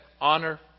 honor